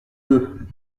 deux